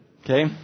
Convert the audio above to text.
Okay